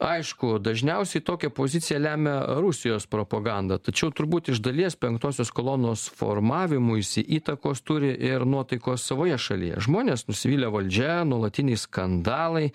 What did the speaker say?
aišku dažniausiai tokią poziciją lemia rusijos propaganda tačiau turbūt iš dalies penktosios kolonos formavimuisi įtakos turi ir nuotaikos savoje šalyje žmonės nusivylę valdžia nuolatiniai skandalai